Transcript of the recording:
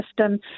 system